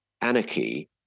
anarchy